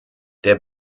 der